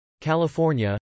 California